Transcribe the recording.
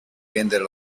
vendere